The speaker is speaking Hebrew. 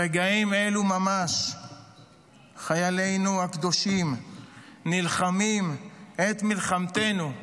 ברגעים אלו ממש חיילינו הקדושים נלחמים את מלחמתנו,